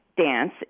dance